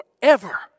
forever